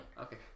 Okay